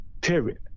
period